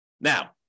Now